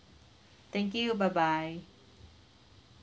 thank you bye bye